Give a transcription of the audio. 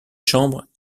chambres